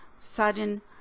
sudden